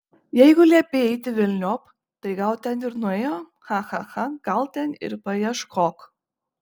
jeigu liepei eiti velniop tai gal ten ir nuėjo cha cha gal ten ir paieškok